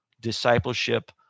discipleship